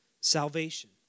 salvation